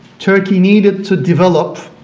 turkey needed to develop